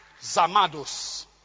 Zamados